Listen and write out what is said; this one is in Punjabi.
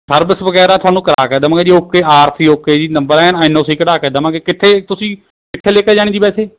ਸਰਵਿਸ ਵਗੈਰਾ ਤੁਹਾਨੂੰ ਕਰਾ ਕੇ ਦੇਵਾਂਗੇ ਜੀ ਓਕੇ ਆਰ ਸੀ ਓਕੇ ਜੀ number N N O C ਕਢਾ ਕੇ ਦੇਵਾਂਗੇ ਕਿੱਥੇ ਤੁਸੀਂ ਕਿੱਥੇ ਲੈ ਕੇ ਜਾਣੀ ਜੀ ਵੈਸੇ